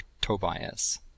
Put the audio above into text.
Tobias